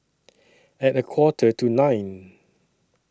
At A Quarter to nine